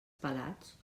pelats